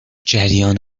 جریان